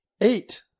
eight